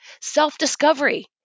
self-discovery